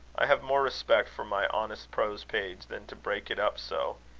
i have more respect for my honest prose page than to break it up so.